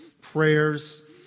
Prayers